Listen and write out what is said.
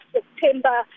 September